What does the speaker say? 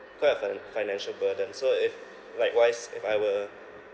quite of a financial burden so if likewise if I were